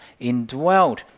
indwelled